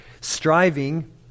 Striving